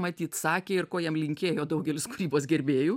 matyt sakė ir ko jam linkėjo daugelis kūrybos gerbėjų